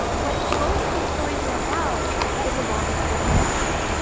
what both of these stories are about is a longing for connection.